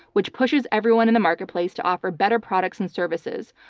which pushes everyone in the marketplace to offer better products and services.